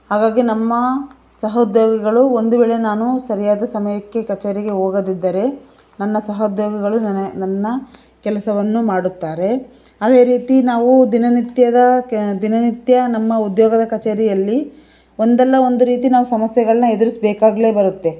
ಹಾಗಾಗಿ ನಮ್ಮ ಸಹೋದ್ಯೋಗಿಗಳು ಒಂದು ವೇಳೆ ನಾನು ಸರಿಯಾದ ಸಮಯಕ್ಕೆ ಕಚೇರಿಗೆ ಹೋಗದಿದ್ದರೆ ನನ್ನ ಸಹೋದ್ಯೋಗಿಗಳು ನನ್ನ ನನ್ನ ಕೆಲಸವನ್ನು ಮಾಡುತ್ತಾರೆ ಅದೇ ರೀತಿ ನಾವು ದಿನನಿತ್ಯದ ಕೆ ದಿನನಿತ್ಯ ನಮ್ಮ ಉದ್ಯೋಗದ ಕಚೇರಿಯಲ್ಲಿ ಒಂದಲ್ಲ ಒಂದು ರೀತಿ ನಾವು ಸಮಸ್ಯೆಗಳನ್ನ ಎದುರಿಸಬೇಕಾಗ್ಲೇ ಬರುತ್ತೆ